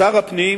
שר הפנים